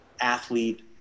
athlete